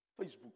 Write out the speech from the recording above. Facebook